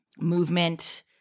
movement